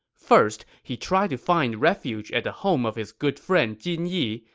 first, he tried to find refuge at the home of his good friend jin yi,